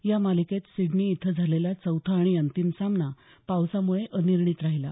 या मालिकेत सिडनी इथं झालेला चौथा आणि अंतिम सामना पावसामुळे अनिर्णित राहिला